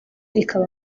rikaba